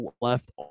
left